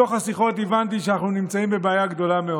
מתוך השיחות הבנתי שאנחנו נמצאים בבעיה גדולה מאוד,